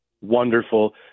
Wonderful